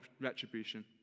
retribution